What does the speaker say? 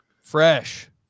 fresh